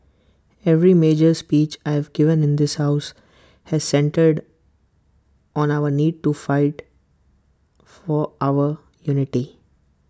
every major speech I've given in this house has centred on our need to fight for our unity